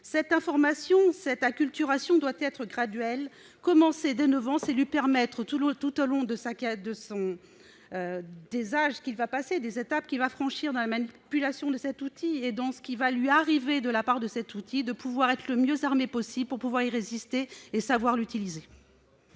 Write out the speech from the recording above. Cette information, cette acculturation, doit être graduelle. Commencer dès 9 ans, c'est permettre à l'enfant, tout au long des étapes qu'il va franchir dans la manipulation de cet outil et dans ce qui lui arrivera de la part de cet outil, d'être le mieux armé possible pour être en mesure d'y résister et de savoir l'utiliser.